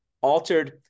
altered